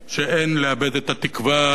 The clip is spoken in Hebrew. שאין לאבד את התקווה,